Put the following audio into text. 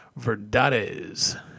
Verdades